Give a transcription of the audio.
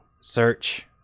search